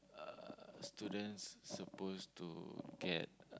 uh students supposed to get